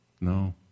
No